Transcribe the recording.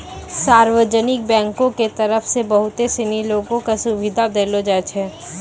सार्वजनिक बैंको के तरफ से बहुते सिनी लोगो क सुविधा देलो जाय छै